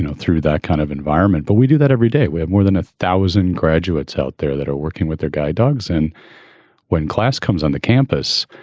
through that kind of environment. but we do that every day with more than a thousand graduates out there that are working with their guide dogs and when class comes on the campus.